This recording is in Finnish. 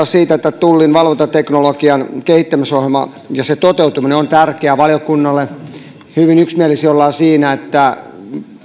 siitä että tullin valvontateknologian kehittämisohjelma ja sen toteutuminen ovat tärkeitä valiokunnalle hyvin yksimielisiä ollaan siinä että